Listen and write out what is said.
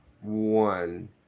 one